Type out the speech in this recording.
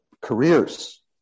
careers